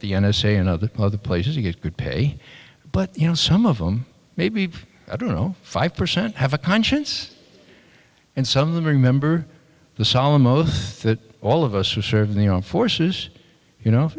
the n s a and other other places to get good pay but you know some of them maybe i don't know five percent have a conscience and some of them remember the solemn oath that all of us who serve in the armed forces you know